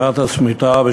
שנת השמיטה.